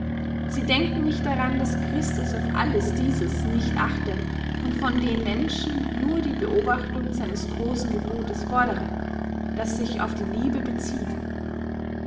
sie denken nicht daran daß christus auf alles dieses nicht achte und von den menschen nur die beobachtung seines grossen gebotes fordere das sich auf die liebe bezieht